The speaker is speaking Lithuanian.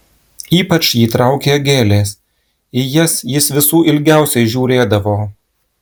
ypač jį traukė gėlės į jas jis visų ilgiausiai žiūrėdavo